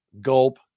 Gulp